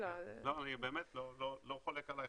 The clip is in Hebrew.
אני באמת לא חולק עליך.